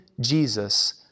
Jesus